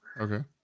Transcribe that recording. Okay